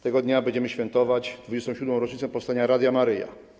Tego dnia będziemy świętować 27. rocznicę powstania Radia Maryja.